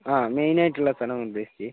ആ മെയിനായിട്ടുള്ള സ്ഥലമാണ് ഉദ്ദേശിച്ച്ത്